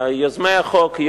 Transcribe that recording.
יוזמי החוק,